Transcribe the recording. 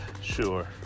Sure